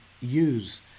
use